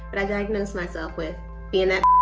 but i diagnosed myself with being that